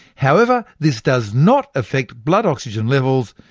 however, this does not affect blood oxygen levels.